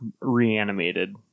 reanimated